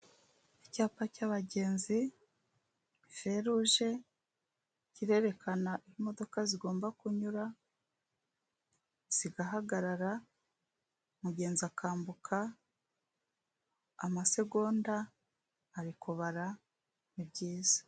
Icyapa cyabagenzi feruje kirerekana imodoka zigomba kunyura zigahagarara mugenzi akambuka amasegonda ari kubara ni byiza.